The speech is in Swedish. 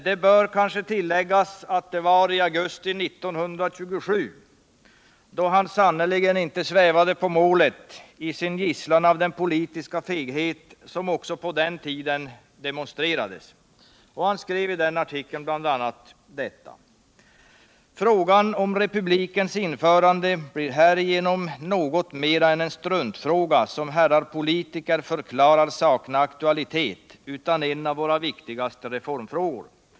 Det bör kanske tilläggas att artikeln skrevs i augusti 1927, då han sannerligen inte svävade på målet i sin gisslan av den politiska feghet som också på den tiden demonstrerades. Han skrev i artikeln bl.a. detta: ”Frågan om republikens införande blir härigenom något mera än en struntfråga som herrar politiker förklarar sakna aktualitet, utan en av våra viktigaste reformfrågor.